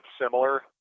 similar